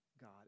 God